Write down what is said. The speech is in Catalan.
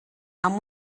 amb